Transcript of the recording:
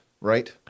right